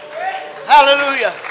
Hallelujah